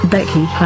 Becky